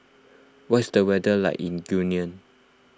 what's the weather like in Guinea